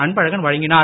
அன்பழகன் வழங்கினார்